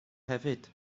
hefyd